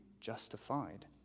justified